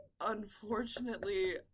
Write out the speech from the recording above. Unfortunately